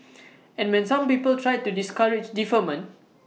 and men some people tried to discourage deferment